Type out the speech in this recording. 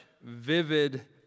vivid